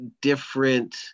different